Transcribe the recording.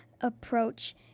approach